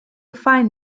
fine